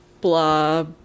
blah